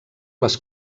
les